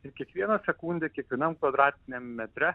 ir kiekvieną sekundę kiekvienam kvadratiniam metre